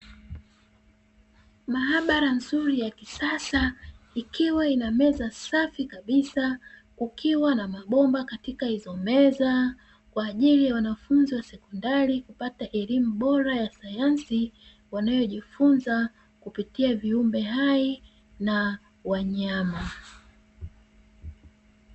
Maabara nzuri ya kisasa ikiwa ina meza safi kabisa, kukiwa na mabomba katika hizo meza, kwa ajili ya wanafunzi wa sekondari kupata elimu bora ya sayansi, wanayojifunza kupitia viumbe hai na wanyama.